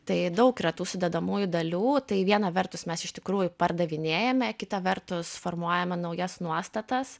tai daug yra tų sudedamųjų dalių tai viena vertus mes iš tikrųjų pardavinėjame kita vertus formuojame naujas nuostatas